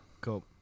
Cool